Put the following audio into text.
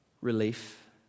relief